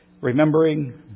remembering